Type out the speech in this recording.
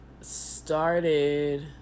started